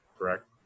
Correct